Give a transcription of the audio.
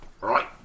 Right